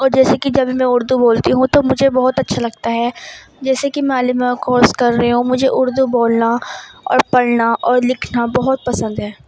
اور جیسے کہ جبھی میں اردو بولتی ہوں تو مجھے بہت اچھا لگتا ہے جیسے کہ میں عالمہ کا کورس کر رہی ہوں مجھے اردو بولنا اور پڑھنا اور لکھنا بہت پسند ہے